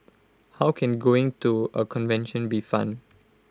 how can going to A convention be fun